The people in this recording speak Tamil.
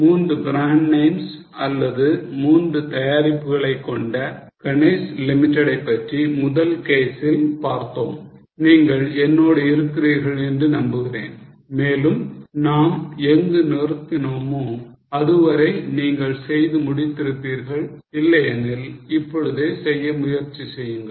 மூன்று brand names அல்லது மூன்று தயாரிப்புகளை கொண்ட Ganesh limited ஐ பற்றி முதல் case ல் பார்த்தோம் நீங்கள் என்னோடு இருக்கிறீர்கள் என்று நம்புகிறேன் மேலும் நாம் எங்கு நிறுத்தினோமோ அதுவரை நீங்கள் செய்து முடித்து இருப்பீர்கள் இல்லையெனில் இப்பொழுதே செய்ய முயற்சி செய்யுங்கள்